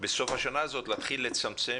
בסוף השנה הזאת להתחיל לצמצם,